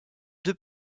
deux